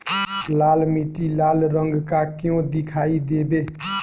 लाल मीट्टी लाल रंग का क्यो दीखाई देबे?